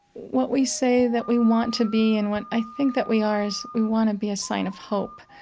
what we say that we want to be, and what i think that we are, is we want to be a sign of hope.